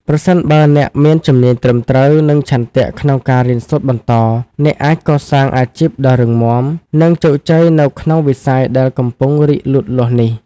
ប្រសិនបើអ្នកមានជំនាញត្រឹមត្រូវ និងឆន្ទៈក្នុងការរៀនសូត្របន្ត អ្នកអាចកសាងអាជីពដ៏រឹងមាំ និងជោគជ័យនៅក្នុងវិស័យដែលកំពុងរីកលូតលាស់នេះ។